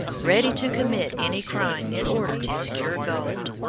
ready to commit any crime in order to secure gold.